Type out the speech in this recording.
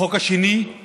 החוק השני הוא